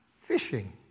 fishing